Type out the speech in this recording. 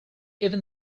even